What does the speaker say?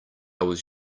was